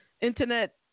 Internet